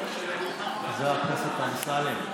חבר הכנסת אמסלם.